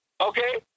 Okay